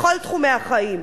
בכל תחומי החיים,